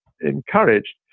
encouraged